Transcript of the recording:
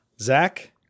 Zach